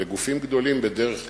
אלא לגופים גדולים בדרך כלל,